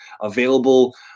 available